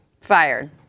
Fired